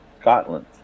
Scotland